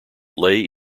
lay